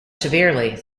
severely